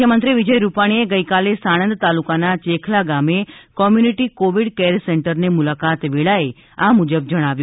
મુખ્યમંત્રી વિજય રૂપાણીએ ગઈકાલે સાણંદ તાલુકાના ચેખલા ગામે કોમ્યુનિટી કોવિડ કેર સેન્ટરની મુલાકાત વેળાએ આ મુજબ જણાવ્યું